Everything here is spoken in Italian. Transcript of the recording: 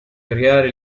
creare